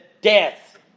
death